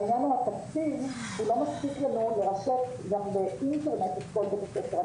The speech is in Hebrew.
הענין הוא שהתקציב לא מספיק לנו לרשת גם באינטרנט את כל בית הספר.